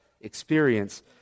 experience